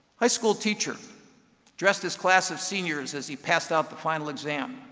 high school teacher addressed his class of seniors as he passed out the final exam.